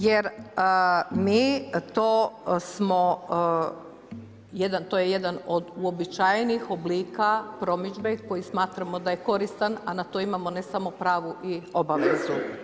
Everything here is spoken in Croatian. Jer mi to smo, to je jedan od uobičajenih oblika promidžbe koji smatramo da je koristan a na to imamo ne samo pravo nego i obavezu.